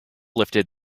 lifted